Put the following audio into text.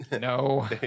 No